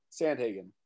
Sandhagen